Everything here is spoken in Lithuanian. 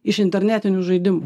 iš internetinių žaidimų